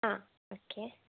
okay